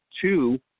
two